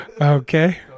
Okay